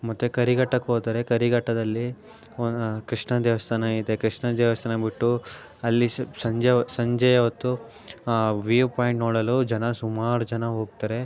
ಮತ್ತು ಕರಿಘಟ್ಟಕ್ಕೆ ಹೋದರೆ ಕರಿಘಟ್ಟದಲ್ಲಿ ಒ ಕೃಷ್ಣ ದೇವಸ್ಥಾನ ಇದೆ ಕೃಷ್ಣ ದೇವಸ್ಥಾನ ಬಿಟ್ಟು ಅಲ್ಲಿ ಸಂಜೆ ಹೊ ಸಂಜೆಯ ಹೊತ್ತು ವ್ಯೂ ಪಾಯಿಂಟ್ ನೋಡಲು ಜನ ಸುಮಾರು ಜನ ಹೋಗ್ತಾರೆ